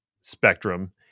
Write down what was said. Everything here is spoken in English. spectrum